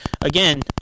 again